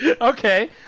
Okay